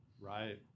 Right